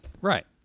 right